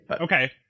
Okay